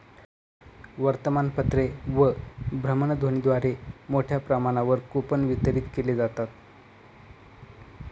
वर्तमानपत्रे व भ्रमणध्वनीद्वारे मोठ्या प्रमाणावर कूपन वितरित केले जातात